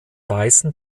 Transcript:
weißen